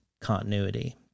continuity